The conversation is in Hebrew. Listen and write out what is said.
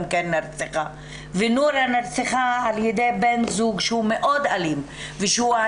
כן נרצחה ונורה נרצחה על ידי בן זוג שהוא מאוד אלים ושהיה